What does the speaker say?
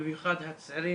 ובמיוחד הצעירים,